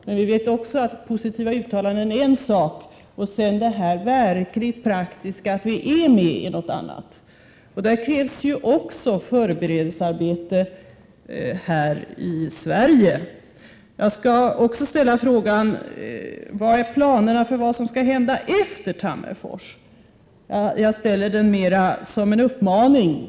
Men vi vet också att positiva uttalanden är en sak men att det verkligt praktiska, att vi är med, är någonting annat. Härvidlag krävs det förberedelser också i Sverige. Jag skall också ställa frågan: Vilka är planerna för vad som skall hända efter Tammerfors? Jag ställer den frågan mera som en uppmaning.